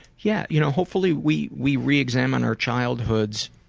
yeah, you know hopefully we we reexamine our childhoods,